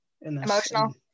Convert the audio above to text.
Emotional